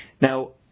Now